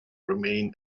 remain